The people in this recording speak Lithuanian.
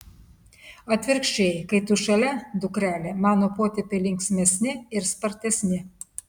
atvirkščiai kai tu šalia dukrele mano potėpiai linksmesni ir spartesni